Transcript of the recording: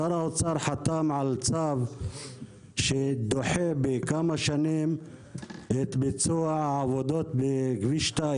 שר האוצר חתם על צו שדוחה בכמה שנים את ביצוע העבודות בכביש 2